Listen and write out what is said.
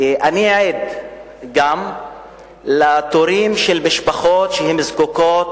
אני עד גם לתורים של משפחות נזקקות